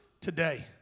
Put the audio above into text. today